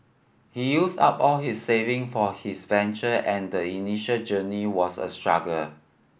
he used up all his saving for his venture and the initial journey was a struggle